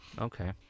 okay